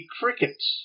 crickets